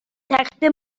تخته